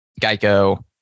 Geico